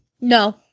No